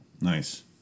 Nice